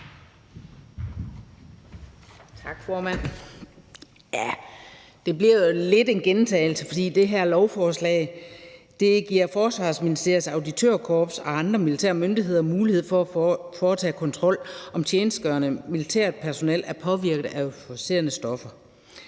Det bliver jo lidt en gentagelse, for det her lovforslag giver Forsvarsministeriets Auditørkorps og andre militære myndigheder mulighed for at foretage kontrol med, om tjenestegørende militært personel er påvirket af euforiserende stoffer.